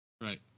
Right